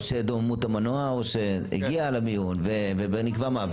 או שדוממו את המנוע או שהגיעו למיון ונקבע מוות.